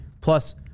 plus